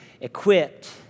equipped